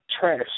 trash